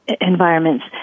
environments